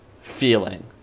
feeling